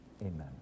Amen